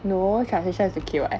no translation is okay [what]